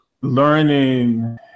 learning